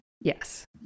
Yes